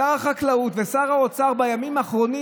שר החקלאות ושר האוצר בימים האחרונים